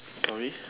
sorry